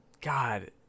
God